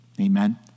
Amen